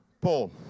Paul